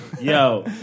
Yo